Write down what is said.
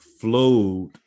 flowed